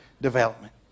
development